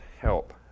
help